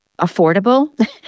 affordable